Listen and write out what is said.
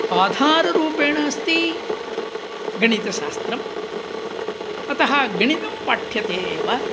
आधाररूपेण अस्ति गणितशास्त्रम् अतः गणितं पाठ्यते एव